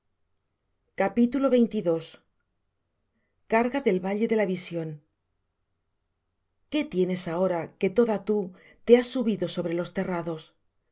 ha dicho carga del valle de la visión qué tienes ahora que toda tú te has subido sobre los terrados